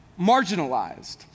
marginalized